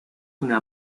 una